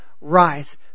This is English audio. rise